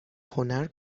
هنر